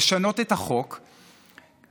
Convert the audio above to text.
לשנות את החוק רטרואקטיבית,